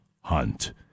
Hunt